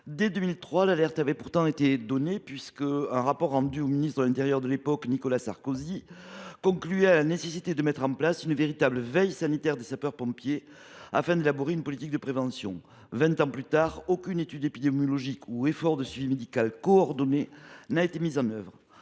Dès 2003, l’alerte avait pourtant été donnée. En effet, un rapport remis au ministre de l’intérieur de l’époque, Nicolas Sarkozy, concluait à la nécessité de mettre en place une véritable veille sanitaire des sapeurs pompiers, en vue d’élaborer une politique de prévention efficace. Mais, vingt ans plus tard, aucune étude épidémiologique, aucun effort de suivi médical coordonné n’a été mis en œuvre.